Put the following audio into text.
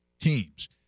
teams